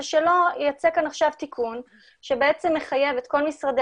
זה שלא יצא כאן עכשיו תיקון שבעצם מחייב את כל משרדי